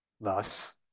thus